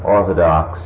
Orthodox